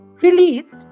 Released